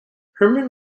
herman